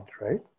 right